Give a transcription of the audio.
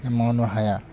मावनो हाया